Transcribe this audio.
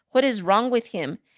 what is wrong with him?